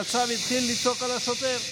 יצא והתחיל לצעוק על השוטר,